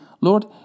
Lord